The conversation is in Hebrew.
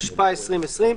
התשפ"א-2020.